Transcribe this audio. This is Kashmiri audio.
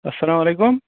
اَسلامُ عَلیکُم